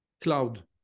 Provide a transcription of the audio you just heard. cloud